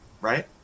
right